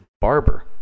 barber